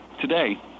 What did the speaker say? today